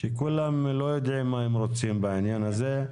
שכולם לא יודעים מה הם רוצים בעניין הזה,